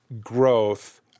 growth